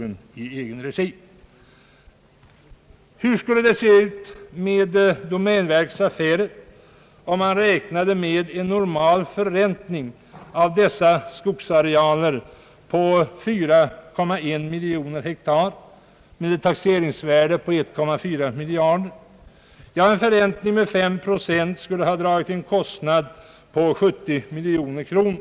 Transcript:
Hur skulle. det se ut med domänverkets affärer om man räknade med en normal förräntning av dessa skogsarealer på 4,1 miljoner hektar med ett taxeringsvärde på 1,4 miljard kronor. En förräntning med 5 procent skulle ha dragit en kostnad på 70 miljoner kronor.